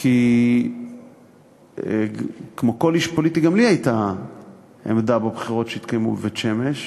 כי כמו כל איש פוליטי גם לי הייתה עמדה בבחירות שהתקיימו בבית-שמש,